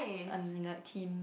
un~ in like team